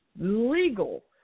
legal